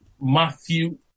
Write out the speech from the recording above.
Matthew